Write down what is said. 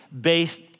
based